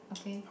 okay